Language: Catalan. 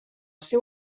seu